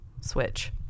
switch